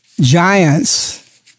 giants